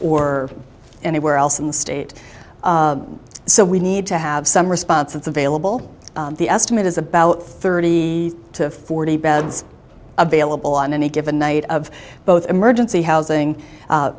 or anywhere else in the state so we need to have some response that's available the estimate is about thirty to forty beds available on any given night of both emergency housing